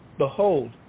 Behold